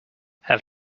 have